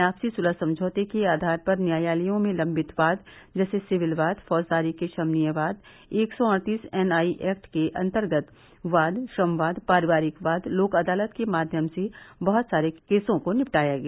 आपसी सुलह समझौते के आधार पर न्यायालयों में लम्बित वाद जैसे सिविल वाद फौजदारी के शमनीय वाद एक सौ अड़तीस एनआई एक्ट के अन्तर्गत वाद श्रम वाद पारिवारिक वाद लोक अदालत के माध्यम से बहत सारे केसों को निपटाया गया